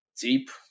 deep